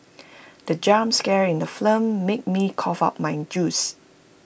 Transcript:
the jump scare in the film made me cough out my juice